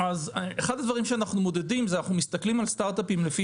אחד הדברים שאנחנו מודדים זה שאנחנו מסתכלים על סטארטאפים לפי